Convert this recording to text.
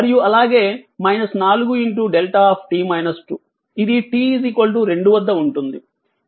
మరియు అలాగే 4 δఇది t 2 వద్ద ఉంటుంది